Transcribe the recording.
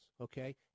okay